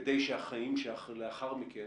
כדי שהחיים שלאחר מכן